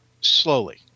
slowly